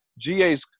GAs